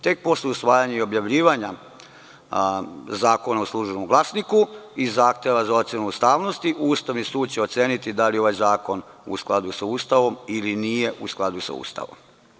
Tek posle usvajanja i objavljivanja zakona u „Službenom glasniku“ i zahteva za ocenu ustavnosti, Ustavni sud će oceniti da li je ovaj zakon u skladu sa Ustavom ili nije u skladu sa Ustavom.